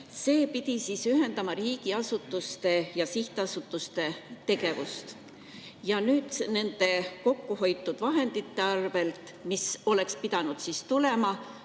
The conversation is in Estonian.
See pidi ühendama riigiasutuste ja sihtasutuste tegevust. Ja nende kokkuhoitud vahendite abil, mis oleks pidanud tekkima,